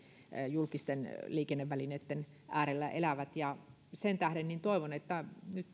julkisten liikennevälineitten äärellä elävät sen tähden toivon että